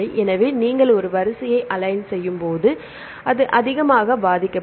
எனவே நீங்கள் ஒரு வரிசையை அலைன் செய்யும்போது இது அதிகமாக பாதிக்கப்படும்